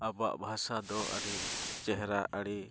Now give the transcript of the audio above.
ᱟᱵᱚᱣᱟᱜ ᱵᱷᱟᱥᱟ ᱫᱚ ᱟᱹᱰᱤ ᱪᱮᱦᱨᱟ ᱟᱹᱰᱤ